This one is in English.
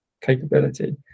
capability